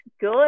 good